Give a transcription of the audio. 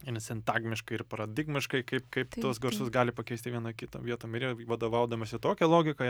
ir sintagmiškai ir paradigmiškai kaip kaip tuos garsus gali pakeist tai vieną kitą vietom ir jie vadovaudamasi tokia logika